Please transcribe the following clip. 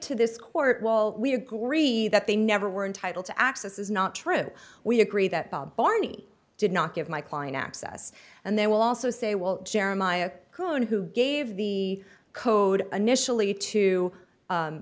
to this court wall we agree that they never were entitled to access is not true we agree that bob barney did not give my client access and they will also say well jeremiah who gave the code initially to